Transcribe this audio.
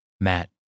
Matt